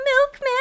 milkman